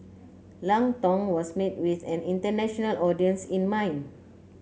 Lang Tong was made with an international audience in mind